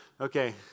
Okay